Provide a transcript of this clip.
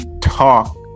talk